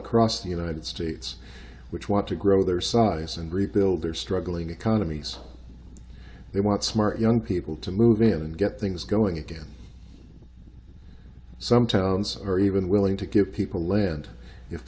across the united states which want to grow their size and rebuild their struggling economies they want smart young people to move in and get things going again some towns are even willing to give people land if